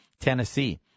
Tennessee